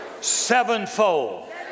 sevenfold